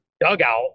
dugout